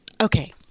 Okay